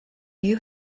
you